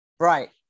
Right